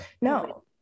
no